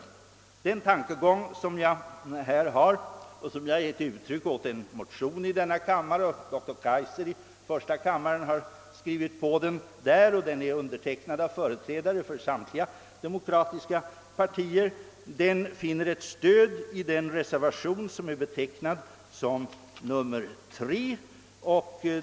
Denna tankegång som jag gett uttryck åt i motion II: 1059 i denna kammare och som undertecknats av företrädare för samtliga demokratiska partier — doktor Kaijser har i första kammaren skrivit på den likalydande motionen I:926 — finner stöd i reservationen 3.